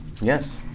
Yes